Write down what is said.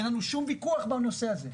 אין לנו שום ויכוח בנושא הזה.